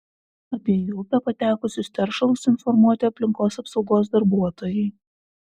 apie į upę patekusius teršalus informuoti aplinkos apsaugos darbuotojai